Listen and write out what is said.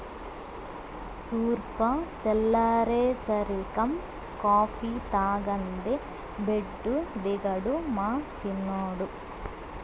తూర్పు తెల్లారేసరికం కాఫీ తాగందే బెడ్డు దిగడు మా సిన్నోడు